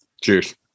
cheers